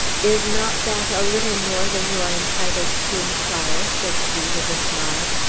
is not that a little more than you are entitled to inquire? said she, with a smile.